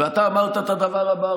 ואתה אמרת את הדבר הבא.